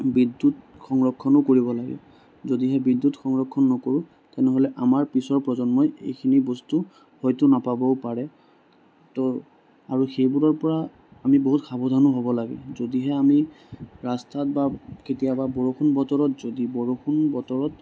বিদ্যুত সংৰক্ষণো কৰিব লাগে যদিহে বিদ্যুত সংৰক্ষণ নকৰোঁ তেনেহ'লে আমাৰ পিছৰ প্ৰজন্মই এইখিনি বস্তু হয়তো নাপাবও পাৰে তো আৰু সেইবোৰৰ পৰা আমি বহুত সাৱধানো হ'ব লাগে যদিহে আমি ৰাস্তাত বা কেতিয়াবা বৰষুণ বতৰত যদি বৰষুণ বতৰত